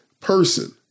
person